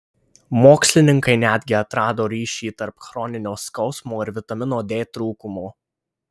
mokslininkai netgi atrado ryšį tarp chroninio skausmo ir vitamino d trūkumo